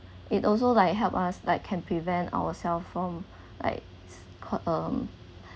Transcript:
it also like help us like can prevent ourselves from like called um